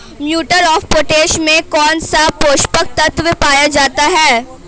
Muriate of potash में कौन सा पोषक तत्व पाया जाता है?